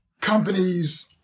companies